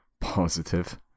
positive